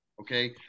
Okay